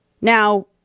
Now